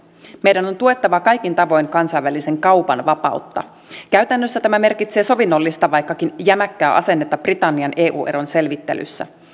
meidän on tuettava kaikin tavoin kansainvälisen kaupan vapautta käytännössä tämä merkitsee sovinnollista vaikkakin jämäkkää asennetta britannian eu eron selvittelyssä